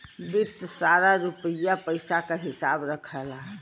वित्त सारा रुपिया पइसा क हिसाब रखला